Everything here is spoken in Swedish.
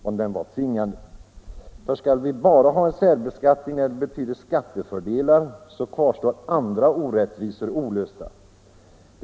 Om vi bara skall ha en särbeskattning när en sådan betyder skattefördelar kvarstår andra orättvisor.